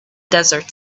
desert